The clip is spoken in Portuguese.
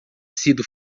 sido